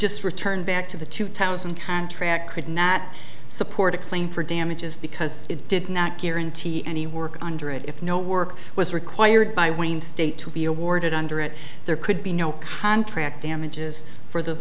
just return back to the two thousand contract could not support a claim for damages because it did not guarantee any work under it if no work was required by wayne state to be awarded under it there could be no contract damages for the